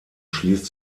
schließt